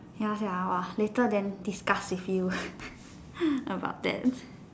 ya Sia !wah! later then discuss with you about that